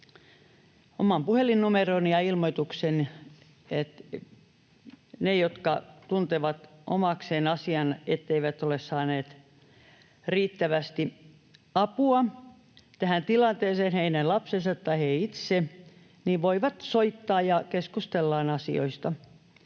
oman puhelinnumeroni ja ilmoituksen, että ne, jotka tuntevat omakseen asian — eivät ole saaneet riittävästi apua tähän tilanteeseen, heidän lapsensa tai he itse — voivat soittaa ja keskustellaan asioista.